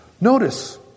Notice